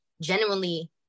genuinely